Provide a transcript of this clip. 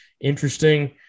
interesting